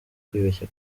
kwibeshya